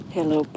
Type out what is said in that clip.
Hello